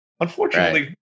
Unfortunately